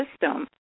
system